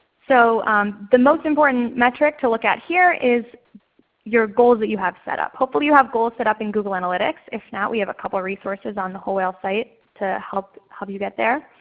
so the most important metric to look at here is your goals that you have set up. hopefully you have goals set up in google analytics. if not, we have a couple of resources on the whole whale site to help you get there.